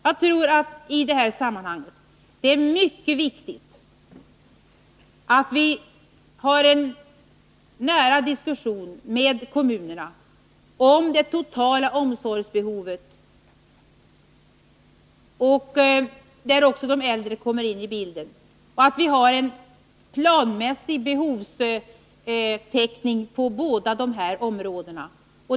Jag tror att det i detta sammanhang är viktigt att vi för en ingående diskussion med kommunerna om det totala omsorgsbehovet, varvid även de äldre kommer in i bilden. Det måste bli en planmässig behovstäckning på båda dessa områden.